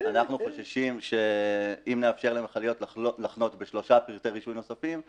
אנחנו חוששים שאם נאפשר למכליות לחנות בשלושה פרטי רישוי נוספים,